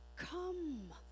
Come